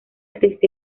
desde